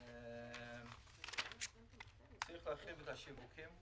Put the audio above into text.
השיווקים.